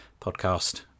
podcast